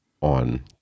on